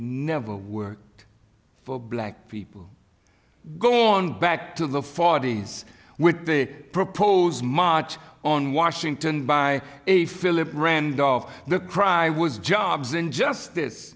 never worked for black people gone back to the forty's with the propose march on washington by a philip randolph the cry was jobs injustice